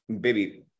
baby